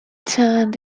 turned